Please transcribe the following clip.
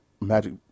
Magic